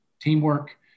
teamwork